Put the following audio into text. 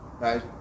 Right